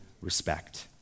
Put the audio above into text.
respect